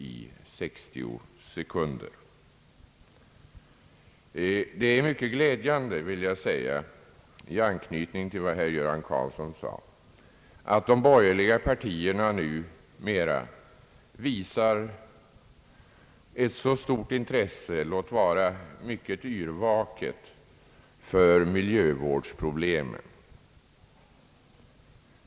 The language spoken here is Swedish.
I anknytning till vad herr Göran Karlsson anförde vill jag säga att det är mycket glädjande att de borgerliga partierna numera visar ett så stort intresse låt vara mycket yrvaket — för miliövårdsproblemen.